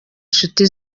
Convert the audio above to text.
nshuti